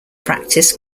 practice